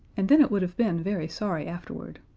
and then it would have been very sorry afterward.